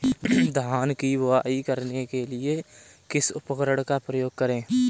धान की बुवाई करने के लिए किस उपकरण का उपयोग करें?